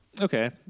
okay